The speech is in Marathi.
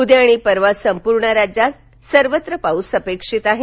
उद्या आणि परवा संपूर्ण राज्यात सर्वत्र पाऊस अपेक्षित आहे